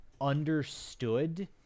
understood